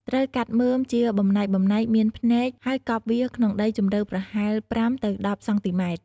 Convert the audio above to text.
ត្រូវកាត់មើមជាបំណែកៗ មានភ្នែក ហើយកប់វាក្នុងដីជម្រៅប្រហែល ៥ ទៅ ១០ សង់ទីម៉ែត្រ។